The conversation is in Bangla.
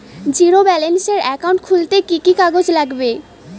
জীরো ব্যালেন্সের একাউন্ট খুলতে কি কি কাগজ লাগবে?